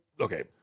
okay